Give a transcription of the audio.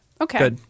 Okay